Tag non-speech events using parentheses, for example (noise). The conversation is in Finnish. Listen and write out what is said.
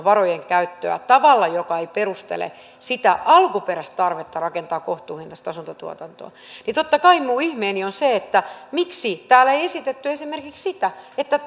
(unintelligible) varojen käyttöä tavalla joka ei perustele sitä alkuperäistä tarvetta rakentaa kohtuuhintaista asuntotuotantoa totta kai minun ihmeeni on se miksi täällä ei esitetty esimerkiksi sitä että (unintelligible)